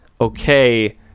okay